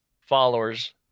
followers